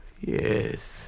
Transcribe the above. Yes